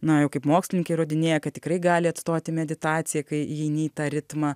na jau kaip mokslininkė įrodinėja kad tikrai gali atstoti meditaciją kai įeini į tą ritmą